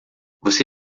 você